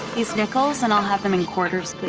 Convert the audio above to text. these nickels. and i'll have them in quarters, please.